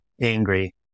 angry